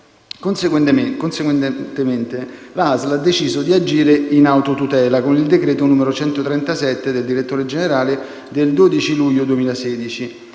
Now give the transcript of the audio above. Conseguentemente, la ASL ha deciso di agire in autotutela e con il decreto n. l37 del direttore generale del 12 luglio 2016,